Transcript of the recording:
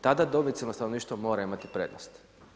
Tada domicilno stanovništvo mora imati prednost.